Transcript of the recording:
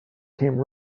came